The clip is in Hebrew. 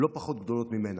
לא פחות גדולות ממנה,